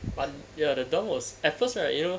but ya the dorm was at first right you know